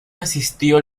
asistió